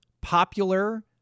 popular